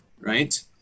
right